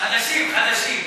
חדשים, חדשים.